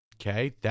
Okay